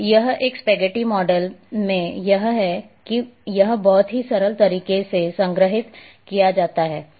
तो यह एक स्पेगेटी डेटा मॉडल में यह है कि यह बहुत ही सरल तरीके से कैसे संग्रहीत किया जाता है